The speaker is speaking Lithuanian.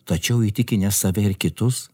tačiau įtikinęs save ir kitus